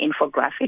infographic